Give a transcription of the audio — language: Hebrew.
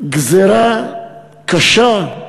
גזירה קשה,